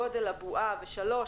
גודל הבועה ודבר שלישי,